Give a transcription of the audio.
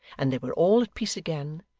and they were all at peace again,